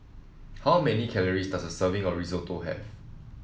how many calories does a serving of Risotto have